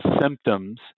symptoms